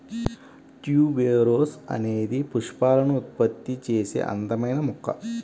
tuberose అనేది పుష్పాలను ఉత్పత్తి చేసే అందమైన మొక్క